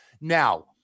Now